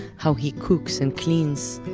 how he cooks, and cleans.